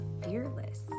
fearless